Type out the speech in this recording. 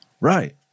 Right